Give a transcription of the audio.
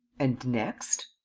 and next?